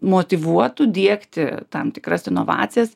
motyvuotu diegti tam tikras inovacijas